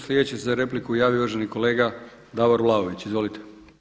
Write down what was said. Sljedeći se za repliku javio uvaženi kolega Davor Vlaović, izvolite.